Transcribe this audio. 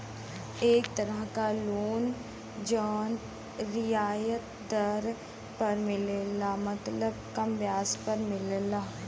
एक तरह क लोन जौन रियायत दर पर मिलला मतलब कम ब्याज पर मिलला